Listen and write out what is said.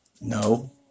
No